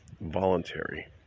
voluntary